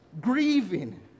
grieving